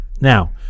Now